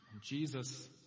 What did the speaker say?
Jesus